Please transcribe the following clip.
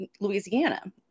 Louisiana